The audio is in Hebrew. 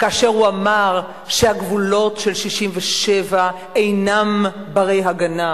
כאשר הוא אמר שהגבולות של 67' אינם בני-הגנה,